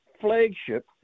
flagship